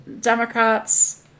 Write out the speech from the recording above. Democrats